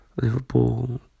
Liverpool